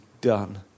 done